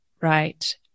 right